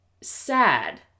sad